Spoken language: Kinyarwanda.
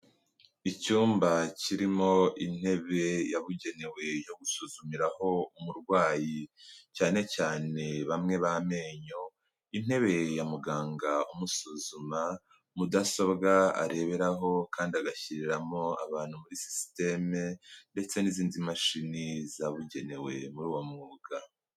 Icyumba kirimo intebe yabugenewe yo gusuzumiraho umurwayi cyane cyane bamwe b'amenyo. Intebe ya muganga umusuzuma, mudasobwa areberaho kandi agashyiriramo abantu muri sisiteme, ndetse n'izindi mashini zabugenewe muri uwo mwuga.